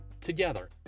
together